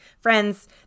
Friends